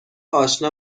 اشنا